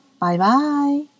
bye-bye